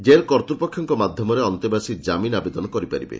jail କର୍ତ୍ତୁପକ୍ଷଙ୍କ ମାଧ୍ଧମରେ ଅନ୍ତେବାସୀ ଜାମିନ ଆବେଦନ କରିପାରିବେ